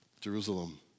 Jerusalem